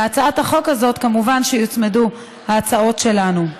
להצעת החוק הזאת יוצמדו כמובן ההצעות שלנו.